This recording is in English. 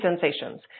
sensations